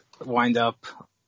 wind-up